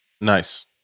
Nice